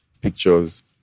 pictures